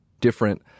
different